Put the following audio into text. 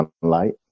sunlight